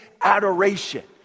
adoration